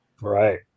Right